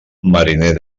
mariner